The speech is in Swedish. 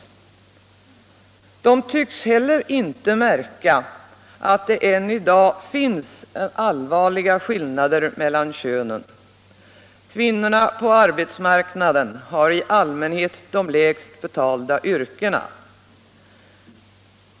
De tycks heller inte märka att det än i dag finns allvarliga skillnader mellan könen. Kvinnorna på arbetsmarknaden har i allmiänhet de lägst betalda yrkena.